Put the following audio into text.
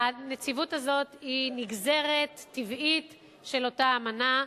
הנציבות הזאת היא נגזרת טבעית של אותה אמנה.